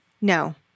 No